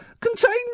contain